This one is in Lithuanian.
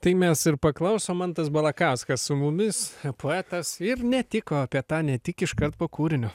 tai mes ir paklausom mantas balakauskas su mumis poetas ir netik o apie tą ne tik iškart po kūrinio